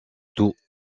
tout